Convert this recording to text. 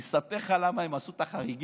אני אספר לך למה הם עשו את החריגים,